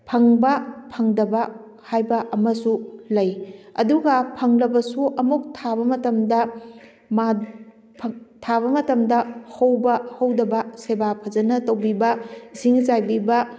ꯐꯪꯕ ꯐꯪꯗꯕ ꯍꯥꯏꯕ ꯑꯃꯁꯨ ꯂꯩ ꯑꯗꯨꯒ ꯐꯪꯂꯕꯁꯨ ꯑꯃꯨꯛ ꯊꯥꯕ ꯃꯇꯝꯗ ꯃꯥ ꯊꯥꯕ ꯃꯇꯝꯗ ꯍꯧꯕ ꯍꯧꯗꯕ ꯁꯦꯕꯥ ꯐꯖꯅ ꯇꯧꯕꯤꯕ ꯏꯁꯤꯡ ꯆꯥꯏꯕꯤꯕ